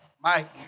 Mike